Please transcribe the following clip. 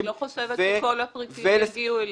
--- אני לא חושבת שכל הפריטים יגיעו אליהם.